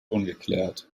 ungeklärt